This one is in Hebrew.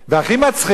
והכי מצחיק,